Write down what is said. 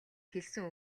хэлсэн